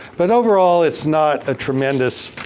but overall it's not a tremendously